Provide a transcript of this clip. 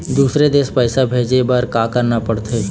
दुसर देश पैसा भेजे बार का करना पड़ते?